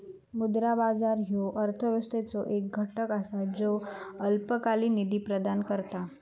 मुद्रा बाजार ह्यो अर्थव्यवस्थेचो एक घटक असा ज्यो अल्पकालीन निधी प्रदान करता